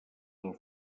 del